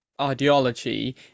ideology